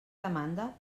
demanda